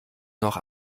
noch